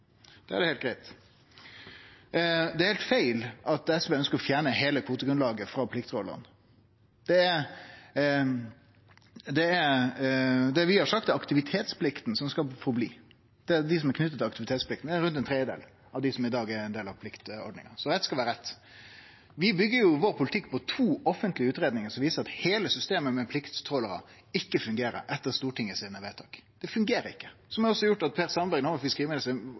er det heilt greitt. Det er heilt feil at SV ønskjer å fjerne heile kvotegrunnlaget frå plikttrålarane. Det vi har sagt, er at aktivitetsplikta skal bestå. Det er rundt ein tredjedel av dei som er knytte til aktivitetsplikten, som i dag er ein del av pliktordninga. Rett skal vere rett. Vi byggjer vår politikk på to offentlege utgreiingar som viser at heile systemet med plikttrålarar ikkje fungerer etter Stortingets vedtak. Det fungerer ikkje. Det gjorde også at Per Sandberg, da han var fiskeriminister,